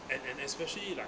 and and especially like